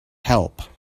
help